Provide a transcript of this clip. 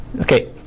Okay